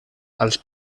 als